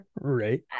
right